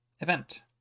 Event